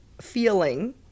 feeling